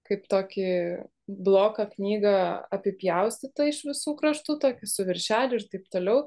kaip tokį bloką knygą apipjaustyta iš visų kraštų tokį su viršeliu ir taip toliau